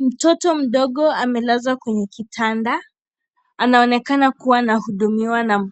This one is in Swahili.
Mtoto mdogo amelazwa kwenye kitanda. Anaonekana kuwa anahudumiwa na